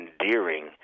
endearing